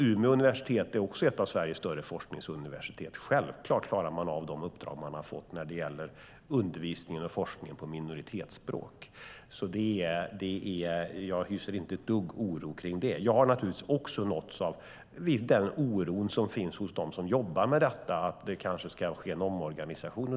Umeå universitet är också ett av Sveriges större forskningsuniversitet. Självklart klarar man av de uppdrag man fått när det gäller undervisning och forskning på minoritetsspråk. Jag hyser ingen oro alls över det. Jag har naturligtvis också nåtts av den oro som finns hos dem som jobbar med detta över att det kanske ska ske en omorganisation.